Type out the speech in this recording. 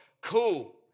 cool